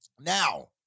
Now